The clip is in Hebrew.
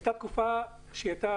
אני יודעת שהייתה בעיה רצינית והייתה